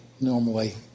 normally